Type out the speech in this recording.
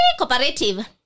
Cooperative